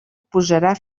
posarà